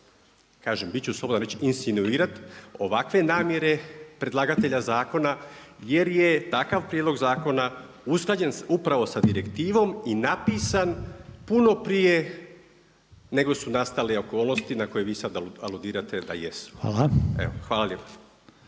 kažem biti ću slobodan reći insinuirati ovakve namjere predlagatelja zakona jer je takav prijedlog zakona usklađen upravo sa direktivom i napisan puno prije nego su nastale okolnosti na koje vi sada aludirate da jesu. Evo, hvala